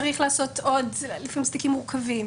לפעמים אלה תיקים מורכבים,